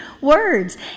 words